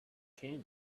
candy